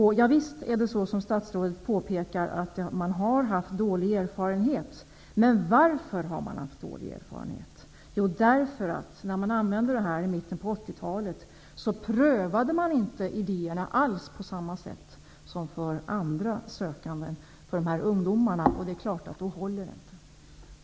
Visst är det så, som statsrådet påpekar, att man har haft dåliga erfarenheter, men varför har man det? Jo, därför att man, när man tillämpade den här möjligheten i mitten på 80-talet, inte alls prövade ungdomarnas idéer på samma sätt som andra sökandes. Under sådana förhållanden håller det inte.